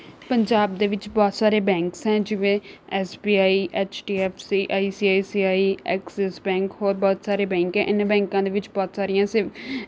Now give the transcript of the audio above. ਪੰਜਾਬ ਦੇ ਵਿੱਚ ਬਹੁਤ ਸਾਰੇ ਬੈਂਕਸ ਹੈ ਜਿਵੇਂ S B I H D F C I C I C I Axis bank ਹੋਰ ਬਹੁਤ ਸਾਰੇ ਬੈਂਕ ਹੈ ਇਹਨਾਂ ਬੈਂਕਾਂ ਦੇ ਵਿੱਚ ਬਹੁਤ ਸਾਰੀਆਂ